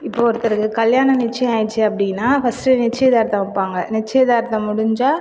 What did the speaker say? இப்போ ஒருத்தருக்கு கல்யாணம் நிச்சயம் ஆயிடுச்சு அப்படினா ஃபர்ஸ்ட்டு நிச்சியதார்த்தம் வைப்பாங்க நிச்சியதார்த்தம் முடிஞ்ச